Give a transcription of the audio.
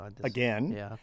again